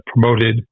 promoted